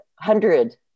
hundred